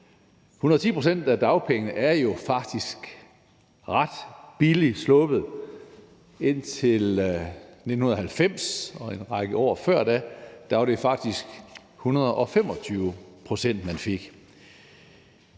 110 pct. af dagpengene er jo faktisk ret billigt sluppet. Igennem en række år indtil 1990 var det faktisk 125 pct., man fik.